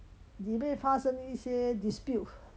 以为发生一些 dispute